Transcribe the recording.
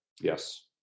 Yes